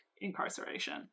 incarceration